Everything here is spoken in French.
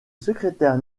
secrétaire